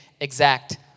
exact